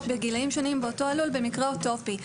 בגילים שונים באותו לול במקרה אוטופי.